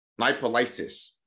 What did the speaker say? Lipolysis